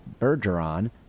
bergeron